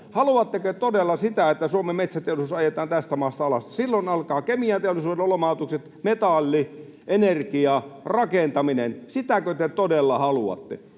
Haluatteko todella sitä, että Suomen metsäteollisuus ajetaan tässä maassa alas? Silloin alkaa kemianteollisuudessa lomautukset, metalli, energia, rakentaminen — sitäkö te todella haluatte?